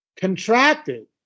contracted